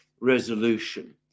resolution